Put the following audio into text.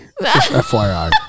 FYI